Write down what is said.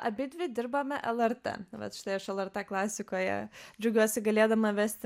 abidvi dirbame lrt vat štai aš lrt klasikoje džiaugiuosi galėdama vesti